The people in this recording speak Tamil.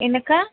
என்னக்கா